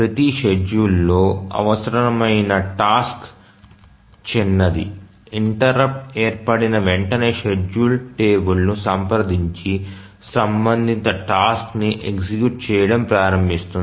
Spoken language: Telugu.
ప్రతి షెడ్యూల్లో అవసరమైన టాస్క్ చిన్నది ఇంటెర్రుప్ట్ ఏర్పడిన వెంటనే షెడ్యూల్ టేబుల్ను సంప్రదించి సంబంధిత టాస్క్ ని ఎగ్జిక్యూట్ చేయడం ప్రారంభిస్తుంది